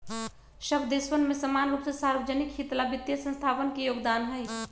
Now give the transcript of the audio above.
सब देशवन में समान रूप से सार्वज्निक हित ला वित्तीय संस्थावन के योगदान हई